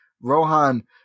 rohan